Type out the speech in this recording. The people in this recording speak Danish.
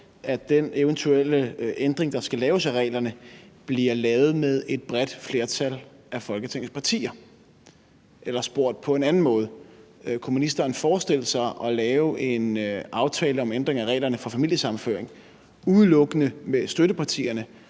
at den eventuelle ændring, der skal laves af reglerne, bliver lavet med et bredt flertal af Folketingets partier? Spurgt på en anden måde: Kunne ministeren forestille sig at lave en aftale om ændring af reglerne for familiesammenføring udelukkende med støttepartierne